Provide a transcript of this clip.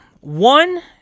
one